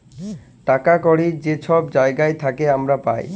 টাকা কড়হি যে ছব জায়গার থ্যাইকে আমরা পাই